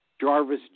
Jarvis